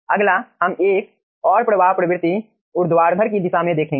अगला हम एक और प्रवाह प्रवृत्ति ऊर्ध्वाधर की दिशा में देखेंगे